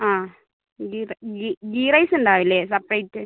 ആ ഗീ ഗീ ഗീ റൈസ് ഉണ്ടാവില്ലേ സപ്രേറ്റ്